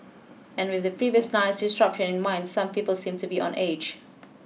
and with the previous night's disruption in mind some people seemed to be on edge